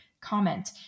comment